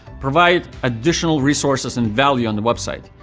provide additional resources and value on the website.